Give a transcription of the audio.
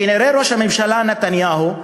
כנראה ראש הממשלה נתניהו,